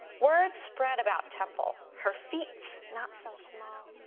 word spread about temple, her feats not so small.